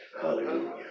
Hallelujah